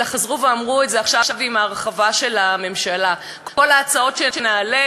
אלא חזרו ואמרו את זה עכשיו עם ההרחבה של הממשלה: כל ההצעות שנעלה,